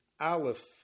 Aleph